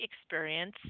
experience